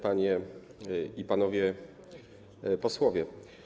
Panie i Panowie Posłowie!